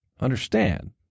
understand